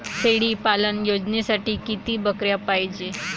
शेळी पालन योजनेसाठी किती बकऱ्या पायजे?